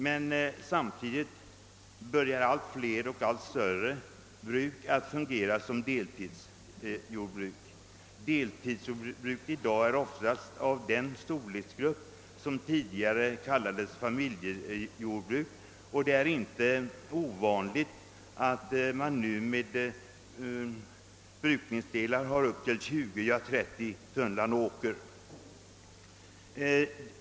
Men samtidigt börjar allt fler och allt större jordbruk att fungera som deltidsjordbruk. Deltidsjordbruket är i dag oftast av den storleksgrupp som tidigare kallades familjejordbruk, och det är inte ovanligt att dessa brukningsdelar nu har upp till 20—30 tunnland åker.